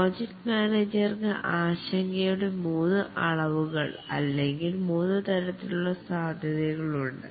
project മാനേജർക്ക് ആശങ്കയുടെ മൂന്ന് അളവുകൾ അല്ലെങ്കിൽ മൂന്നുതരത്തിലുള്ള സാധ്യതകളുണ്ട്